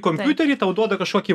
kompiuterį tau duoda kažkokį